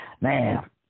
man